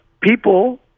people